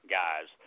guys